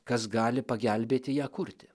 kas gali pagelbėti ją kurti